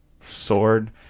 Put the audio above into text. sword